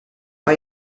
pas